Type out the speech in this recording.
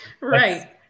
Right